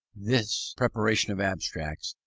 this preparation of abstracts,